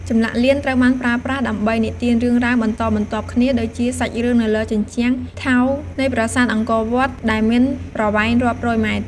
ចម្លាក់លៀនត្រូវបានប្រើប្រាស់ដើម្បី និទានរឿងរ៉ាវបន្តបន្ទាប់គ្នា ដូចជាសាច់រឿងនៅជញ្ជាំងថែវនៃប្រាសាទអង្គរវត្ត ដែលមានប្រវែងរាប់រយម៉ែត្រ។